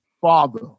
father